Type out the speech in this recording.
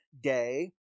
Day